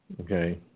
okay